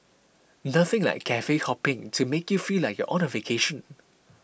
nothing like cafe hopping to make you feel like you're on a vacation